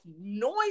noise